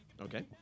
Okay